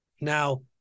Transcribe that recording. Now